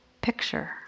picture